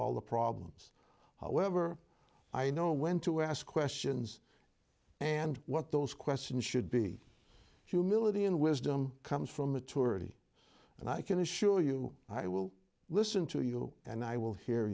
all the problems however i know when to ask questions and what those questions should be humility and wisdom comes from maturity and i can assure you i will listen to you and i will hear